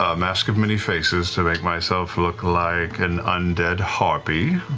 ah mask of many faces to make myself look like an undead harpy,